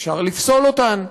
אפשר לפסול אותן,